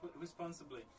Responsibly